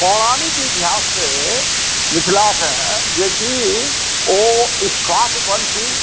पौराणिक इतिहास मिथिलाके जे कि ओ इक्ष्वाकुवंशी